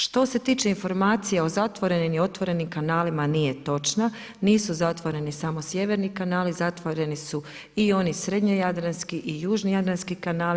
Što se tiče informacije o zatvorenim i otvorenim kanalima nije točna, nisu zatvoreni samo sjeverni kanali, zatvoreni su i oni srednje jadranski i južni jadranski kanali.